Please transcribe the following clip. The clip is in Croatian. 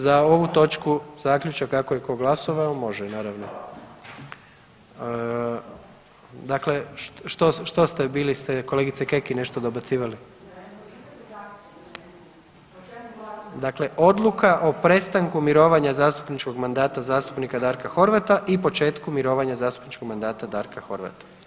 Za ovu točku zaključak kako je tko glasovao, može, naravno. ... [[Upadica se ne čuje.]] Dakle, što ste, bili ste, kolegice Kekin nešto dobacivali? ... [[Upadica se ne čuje.]] Dakle Odluka o prestanku mirovanja zastupničkog mandata zastupnika Darka Horvata i početku mirovina zastupničkog mandata Darka Horvata.